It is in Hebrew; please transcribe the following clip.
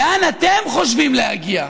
לאן אתם חושבים להגיע,